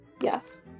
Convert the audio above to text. yes